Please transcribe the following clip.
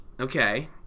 Okay